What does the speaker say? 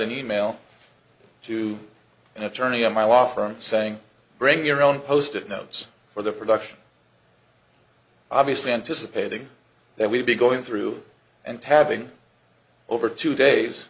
an e mail to an attorney in my law firm saying bring your own post it notes for the production obviously anticipating that we'll be going through and having over two days